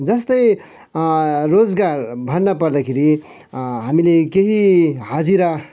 जस्तै रोजगार भन्न पर्दाखेरि हामीले केही हाजिरा